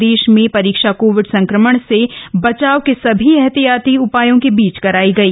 प्रदेश में परीक्षा कोविड संक्रमण से बचाव के समी एहतियाती उपायों के बीच कराई गई